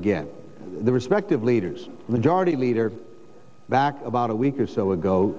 again the respective leaders majority leader back about a week or so ago